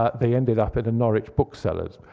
ah they ended up at a norwich booksellers,